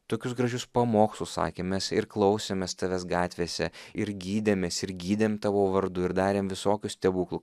tokius gražius pamokslus sakėm mes ir klausėmės tavęs gatvėse ir gydėmės ir gydėm tavo vardu ir darėm visokių stebuklų